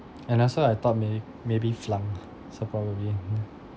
and also I taught may~ maybe flunk so probably